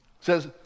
says